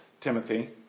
Timothy